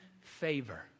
favor